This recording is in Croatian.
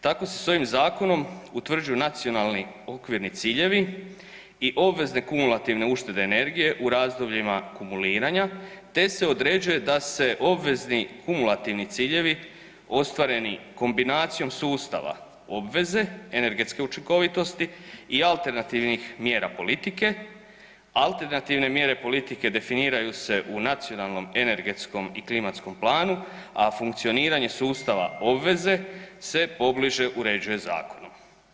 Tako se s ovim zakonom utvrđuju nacionalni okvirni ciljevi i obvezne kumulativne uštede energije u razdobljima kumuliranja te se određuje da se obvezni kumulativni ciljevi ostvareni kombinacijom sustava obveze energetske učinkovitosti i alternativnih mjera politike, alternativne mjere politike definiraju se u nacionalnom energetskom i klimatskom planu, a funkcioniranje sustava obveze se pobliže uređuje zakonom.